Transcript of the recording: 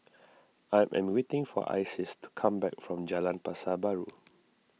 I am waiting for Isis to come back from Jalan Pasar Baru